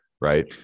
right